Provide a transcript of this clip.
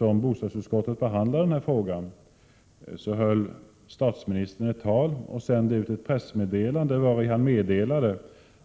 Då bostadsutskottet behandlade denna fråga i våras höll statsministern ett tal och sände ut ett pressmeddelande, vari han meddelade